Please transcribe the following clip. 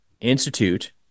institute